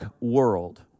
world